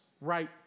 right